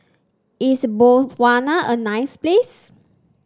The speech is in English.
is Botswana a nice place